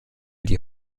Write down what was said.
die